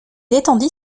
étendit